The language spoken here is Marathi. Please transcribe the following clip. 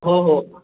हो हो